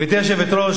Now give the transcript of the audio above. גברתי היושבת-ראש,